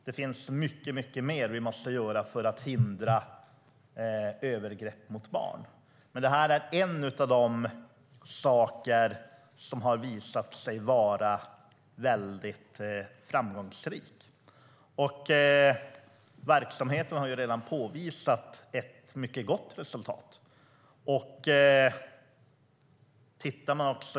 Det finns mycket mer som vi måste göra för att hindra övergrepp mot barn, men det här är en av de verksamheter som har visat sig vara väldigt framgångsrika. Den har redan påvisat ett mycket gott resultat.